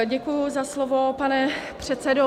Děkuji za slovo, pane předsedo.